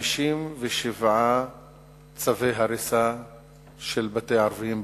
57 צווי הריסה של בתי ערבים בלוד.